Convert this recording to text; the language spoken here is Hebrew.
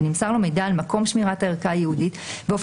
ונמסר לו מידע על מקום שמירת הערכה הייעודית ואופן